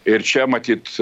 ir čia matyt